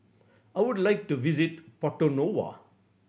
I would like to visit Porto Novo